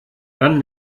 dann